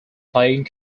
playing